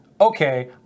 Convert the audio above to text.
okay